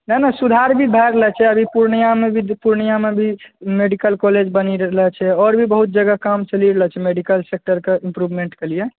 नहि नहि सुधार भी भए गेलो छै अभी पुर्णियामे भी मेडिकल कॉलेज बनी रहलो छै और भी बहुत जगह काम चलि रहलो छै मेडिकल सेक्टरके इम्प्रूवमेन्टके लिए